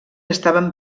estaven